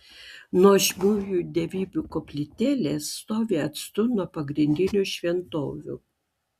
nuožmiųjų dievybių koplytėlės stovi atstu nuo pagrindinių šventovių